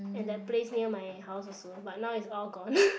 and that place near my house also but now it's all gone